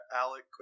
Alec